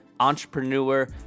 Entrepreneur